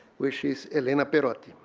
which is elina pero it,